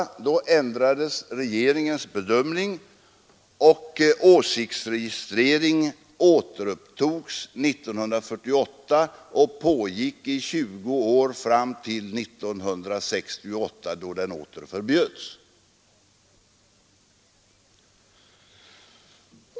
Då ändrades regeringens bedömning, och åsiktsregistrering återupptogs 1948 och pågick sedan i 20 år fram till 1968, då den åter förbjöds.